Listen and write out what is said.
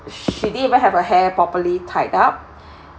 she didn't even have her hair properly tied up